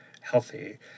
healthy